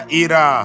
ira